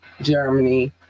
germany